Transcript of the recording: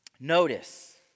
Notice